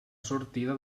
sortida